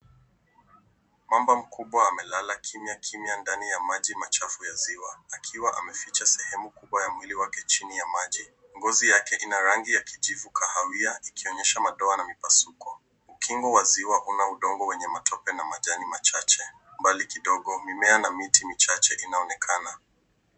Mamba mkubwa amelala kimya kimya ndani ya maji machafu ya ziwa akiwa ameficha sehemu kubwa ya mwili wake chini ya maji. Ngozi yake ina rangi ya kijivu kahawia ikionyesha madoa na mipasuko. Ukingo wa ziwa una udongo wenye matope na majani machache. Mbali kidogo mimea na miti michache inaonekana.